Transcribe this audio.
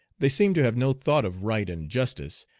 they seem to have no thought of right and justice,